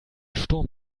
sturm